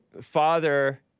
father